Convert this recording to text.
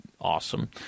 Awesome